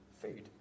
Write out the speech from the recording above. Food